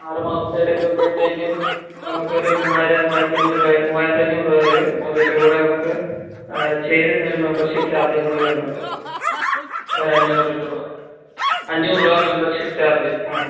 ആറ് മാസം എടുക്കുമ്പോഴത്തേക്കും നമുക്കൊരു മൂവായിരം മൂവായിരത്തി അഞ്ഞൂറ് രൂപ മൂവായിരത്തഞ്ഞൂറ് രൂപ വരും അതിൻ്റെ കൂടെ നമുക്ക് ചേരുന്ന ഒരു മെംബർഷിപ് ചാർജ്ജും കൂടെ വരുന്നുണ്ട് ഒരു അഞ്ഞൂറ് രൂപ അഞ്ഞൂറ് രൂപ മെംബർഷിപ് ചാർജ്ജ് ആ